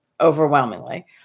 overwhelmingly